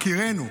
יקירינו,